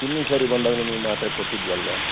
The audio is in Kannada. ಹಿಂದಿನ ಸಾರಿ ಬಂದಾಗ ನಿಮ್ಗೆ ಮಾತ್ರೆ ಕೊಟ್ಟಿದ್ವಲ್ಲವಾ